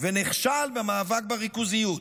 ונכשל במאבק בריכוזיות.